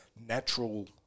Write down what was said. natural